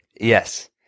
Yes